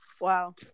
Wow